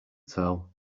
tell